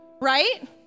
right